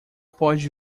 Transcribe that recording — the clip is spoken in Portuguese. pode